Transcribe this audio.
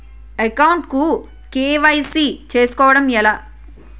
Account కు KYC చేసుకోవడం ఎలా?